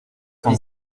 cent